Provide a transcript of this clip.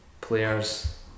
players